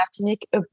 Martinique